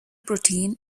protein